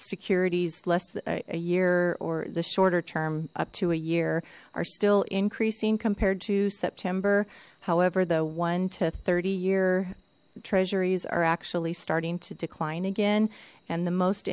securities less a year or the shorter term up to a year are still increasing compared to september however the one to thirty year treasuries are actually starting to decline again and the most